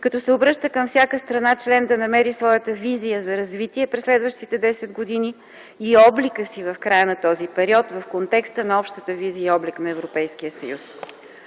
като се обръща към всяка страна член да намери своята визия за развитие през следващите десет години и облика си в края на този период в контекста на общата визия и облик на Европейския съюз.